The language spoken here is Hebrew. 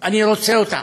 אני רוצה אותם.